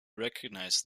recognize